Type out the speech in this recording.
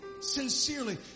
sincerely